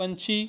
ਪੰਛੀ